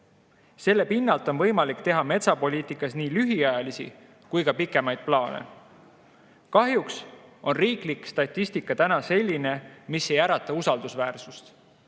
Selle pinnalt on võimalik teha metsapoliitikas nii lühiajalisi kui ka pikemaid plaane. Kahjuks on riiklik statistika selline, mis ei ärata usaldust,